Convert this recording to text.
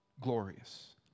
glorious